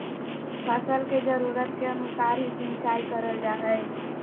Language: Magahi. फसल के जरुरत के अनुसार ही सिंचाई करल जा हय